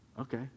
okay